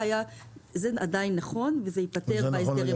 זה עדיין נכון וזה ייפתר בחוק ההסדרים הקרוב.